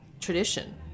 tradition